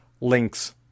links